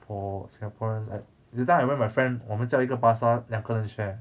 for singaporeans I at that time I went my friend 我们叫一个 pasta 两个人 share